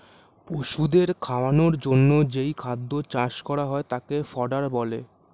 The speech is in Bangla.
পশুদের খাওয়ানোর জন্যে যেই খাদ্য চাষ করা হয় তাকে ফডার বলে